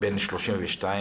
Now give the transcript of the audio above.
,בן 32,